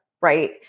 right